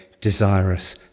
desirous